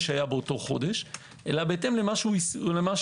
היתה באותו חודש אלא בהתאם למה שהתקין.